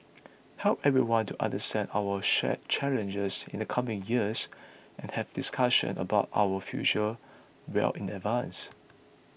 help everyone to understand our shared challenges in the coming years and have discussions about our future well in advance